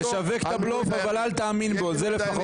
תשווק את הבלוף אבל אל תאמין בו, זה לפחות.